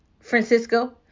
Francisco